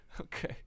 Okay